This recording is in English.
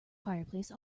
fireplace